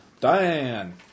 Diane